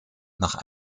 nach